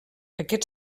aquest